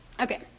okay,